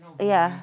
ya